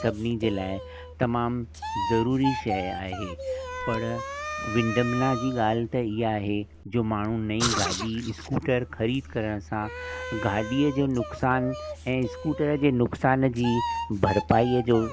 सभिनी जे लाइ तमामु ज़रूरी शइ आहे पर विंडबना जी ॻाल्हि त इहा आहे त माण्हू नई गाॾी इस्कूटर ख़रीद करण सां गाॾीअ जो नुक़सान ऐं इस्कूटर जे नुक़सान जी भरपाईअ जो